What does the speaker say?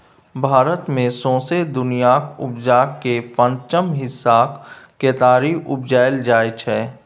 भारत मे सौंसे दुनियाँक उपजाक केर पाँचम हिस्साक केतारी उपजाएल जाइ छै